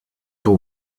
will